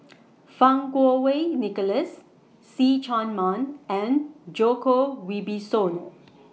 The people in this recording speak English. Fang Kuo Wei Nicholas See Chak Mun and Djoko Wibisono